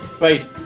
Right